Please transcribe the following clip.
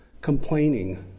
complaining